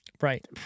Right